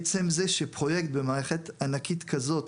עצם זה שפרויקט במערכת ענקית כזאת